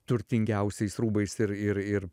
turtingiausiais rūbais ir ir ir